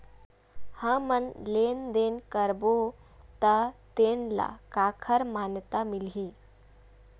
हमन लेन देन करबो त तेन ल काखर मान्यता मिलही?